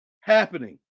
happening